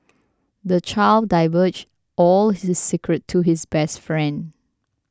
the child divulged all his secrets to his best friend